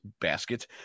basket